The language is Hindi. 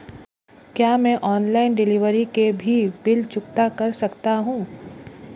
क्या मैं ऑनलाइन डिलीवरी के भी बिल चुकता कर सकता हूँ?